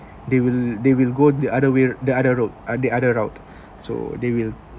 they will they will go the other way the other road or the other route so they will